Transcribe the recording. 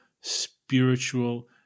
spiritual